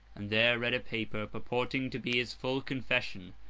and there read a paper purporting to be his full confession,